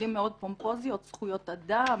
מילים מאוד פומפוזיות "זכויות אדם",